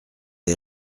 est